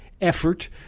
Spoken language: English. effort